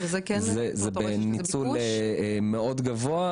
יש לזה ניצול מאוד גבוה,